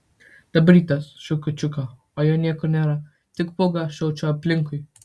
dabar rytas šaukiu čiuką o jo niekur nėra tik pūga siaučia aplinkui